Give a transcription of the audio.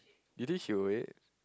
you think she will wait